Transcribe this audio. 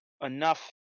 enough